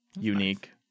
unique